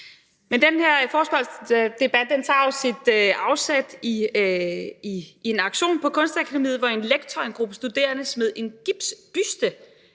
Men den her forespørgselsdebat tager sit afsæt i en aktion på Kunstakademiet, hvor en lektor og en gruppe studerende smed en gipsbuste